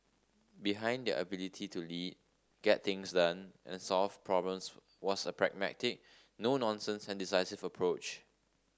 behind their ability to lead get things done and solve problems was a pragmatic no nonsense and decisive approach